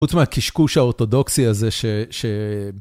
חוץ מהקשקוש האורתודוקסי הזה ש...